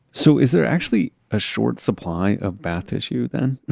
so is there actually a short supply of bath tissue then?